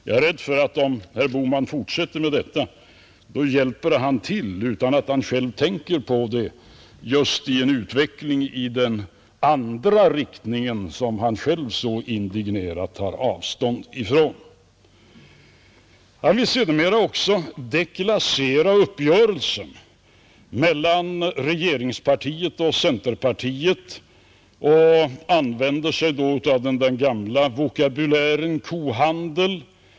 Jag är rädd för att herr Bohman, om han fortsätter med detta, hjälper till — utan att han själv tänker på det — just med en utveckling i den andra riktningen, den som han själv så indignerat tar avstånd från. Herr Bohman ville sedermera också deklassera uppgörelsen mellan regeringspartiet och centerpartiet och använde sig då av den gamla vokabulären kohandel.